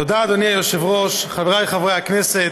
תודה אדוני היושב-ראש, חבריי חברי הכנסת,